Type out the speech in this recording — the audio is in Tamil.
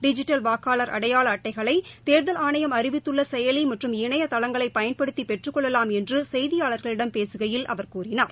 டிஜிட்டல் வாக்காளர் அடையாள அட்டைகளை தேர்தல் ஆணையம் அறிவித்துள்ள செயலி மற்றும் இணையதளங்களை பயன்படுத்தி பெற்றுக்கொள்ளலாம் என்று செய்தியாளர்களிடம் பேககையில் அவர் கூறினார்